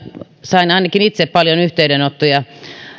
sain ainakin itse paljon yhteydenottoja